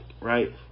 Right